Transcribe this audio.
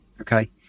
Okay